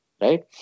Right